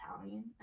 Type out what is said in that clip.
italian